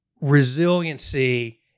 Resiliency